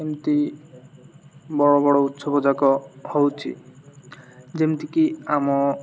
ଏମିତି ବଡ଼ ବଡ଼ ଉତ୍ସବ ଯାକ ହେଉଛି ଯେମିତିକି ଆମ